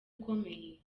ukomeye